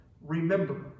remember